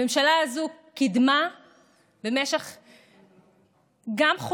הממשלה הזאת קידמה במשך חודשים,